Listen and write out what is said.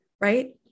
right